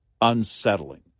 unsettling